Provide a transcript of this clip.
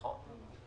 נכון?